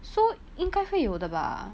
so 应该会有的吧